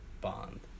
bond